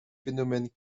phénomènes